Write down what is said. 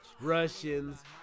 Russians